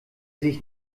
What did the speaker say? sich